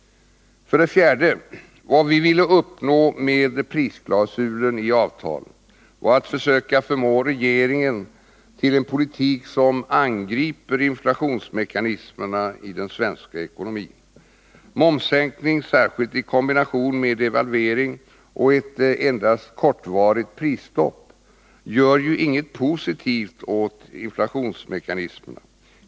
För det fjärde: Vad vi ville nå med prisklausulen i avtalen var att försöka förmå regeringen till en politik som angriper inflationsmekanismerna i svensk ekonomi. Momssänkning, särskilt i kombination med devalvering, och ett endast kortvarigt prisstopp, gör ju inget positivt åt inflationsmekanismerna.